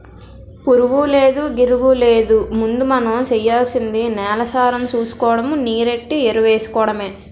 పురుగూలేదు, గిరుగూలేదు ముందు మనం సెయ్యాల్సింది నేలసారం సూసుకోడము, నీరెట్టి ఎరువేసుకోడమే